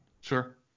Sure